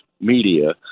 media